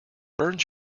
burns